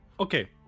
Okay